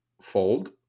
fold